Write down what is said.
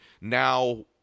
Now